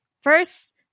First